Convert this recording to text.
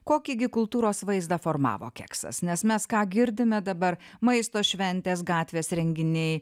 kokį gi kultūros vaizdą formavo keksas nes mes ką girdime dabar maisto šventės gatvės renginiai